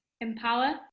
Empower